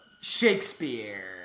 Shakespeare